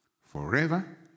forever